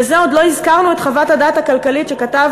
ועוד לא הזכרנו את חוות הדעת הכלכלית שכתב